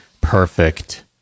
perfect